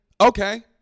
Okay